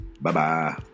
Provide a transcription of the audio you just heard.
Bye-bye